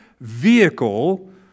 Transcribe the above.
vehicle